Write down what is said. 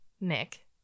Nick